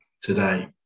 today